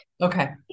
Okay